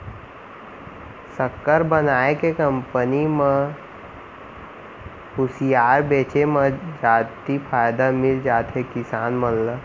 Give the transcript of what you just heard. सक्कर बनाए के कंपनी म खुसियार बेचे म जादति फायदा मिल जाथे किसान मन ल